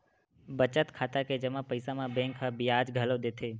बचत खाता के जमा पइसा म बेंक ह बियाज घलो देथे